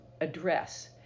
address